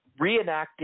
reenacting